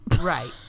Right